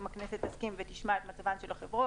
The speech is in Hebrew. אם הכנסת תסכים ותשמע את החברות.